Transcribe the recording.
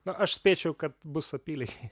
na aš spėčiau kad bus apylygiai